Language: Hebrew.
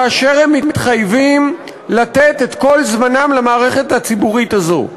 כאשר הם מתחייבים לתת את כל זמנם למערכת הציבורית הזאת.